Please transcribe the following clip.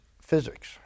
physics